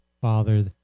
father